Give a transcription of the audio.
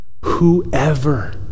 Whoever